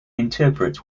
interpret